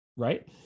Right